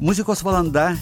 muzikos valanda